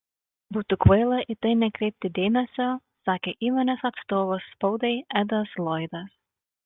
būtų kvaila į tai nekreipti dėmesio sakė įmonės atstovas spaudai edas loydas